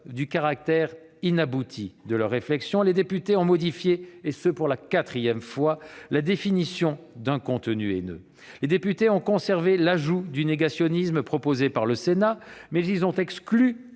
du caractère inabouti de leur réflexion, les députés ont modifié, et ce pour la quatrième fois, la définition d'un « contenu haineux ». Ils ont maintenu l'ajout du négationnisme proposé par le Sénat, mais ils ont exclu